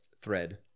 thread